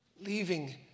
Leaving